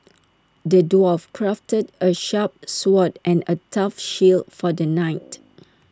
the dwarf crafted A sharp sword and A tough shield for the knight